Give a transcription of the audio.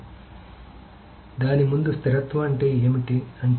కాబట్టి దాని ముందు స్థిరత్వం అంటే ఏమిటి అంటే